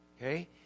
okay